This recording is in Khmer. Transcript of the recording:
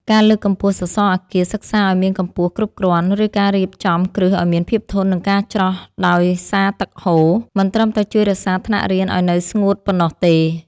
ការលើកកម្ពស់សសរអគារសិក្សាឱ្យមានកម្ពស់គ្រប់គ្រាន់ ឬការរៀបចំគ្រឹះឱ្យមានភាពធន់នឹងការច្រោះដោយសារទឹកហូរ មិនត្រឹមតែជួយរក្សាថ្នាក់រៀនឱ្យនៅស្ងួតប៉ុណ្ណោះទេ។